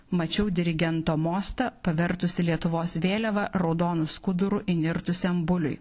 mačiau dirigento mostą pavertusį lietuvos vėliavą raudonu skuduru įnirtusiam buliui